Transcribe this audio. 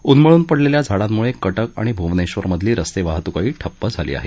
उन्मळून पडलेल्या झाडांमुळे काक्र आणि भुवनेश्वरमधली रस्तेवाहतुकही ठप्प झाली आहे